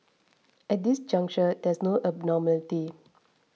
at this juncture there is no abnormality